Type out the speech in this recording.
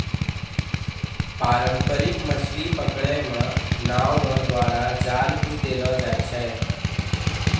पारंपरिक मछली पकड़ै मे नांव रो द्वारा जाल भी देलो जाय छै